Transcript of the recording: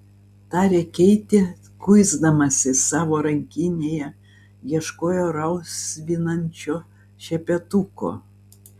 tarė keitė kuisdamasi savo rankinėje ieškojo rausvinančio šepetuko